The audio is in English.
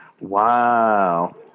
Wow